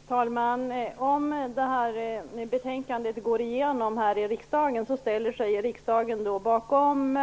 Fru talman! Om det här betänkande går igenom här i riksdagen ställer sig riksdagen bakom